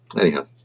anyhow